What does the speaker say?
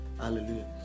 Hallelujah